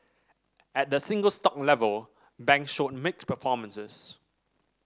at the single stock level banks showed mixed performances